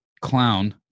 Clown